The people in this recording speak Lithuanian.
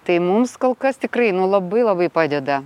tai mums kol kas tikrai nu labai labai padeda